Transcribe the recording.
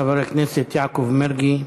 חבר הכנסת יעקב מרגי,